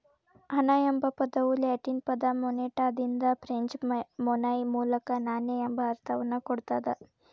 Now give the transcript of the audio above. ಹಣ ಎಂಬ ಪದವು ಲ್ಯಾಟಿನ್ ಪದ ಮೊನೆಟಾದಿಂದ ಫ್ರೆಂಚ್ ಮೊನೈ ಮೂಲಕ ನಾಣ್ಯ ಎಂಬ ಅರ್ಥವನ್ನ ಕೊಡ್ತದ